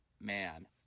man